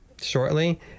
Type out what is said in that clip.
shortly